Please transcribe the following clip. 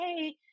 hey